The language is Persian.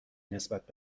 نسبت